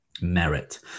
merit